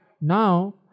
now